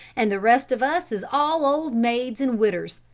and the rest of us is all old maids and widders.